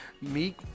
Meek